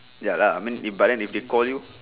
ya lah I mean it but then if they call you